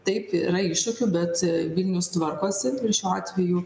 taip yra iššūkių bet vilnius tvarkosi ir šiuo atveju